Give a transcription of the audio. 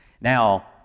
Now